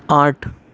آٹھ